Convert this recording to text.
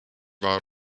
war